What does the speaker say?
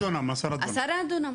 10 דונם.